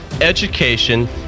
education